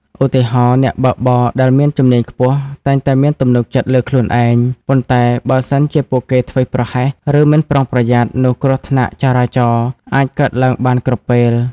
ឧទាហរណ៍ អ្នកបើកបរដែលមានជំនាញខ្ពស់ តែងតែមានទំនុកចិត្តលើខ្លួនឯង ប៉ុន្តែបើសិនជាពួកគេធ្វេសប្រហែស ឬមិនប្រុងប្រយ័ត្ន នោះគ្រោះថ្នាក់ចរាចរណ៍អាចកើតឡើងបានគ្រប់ពេល។